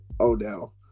Odell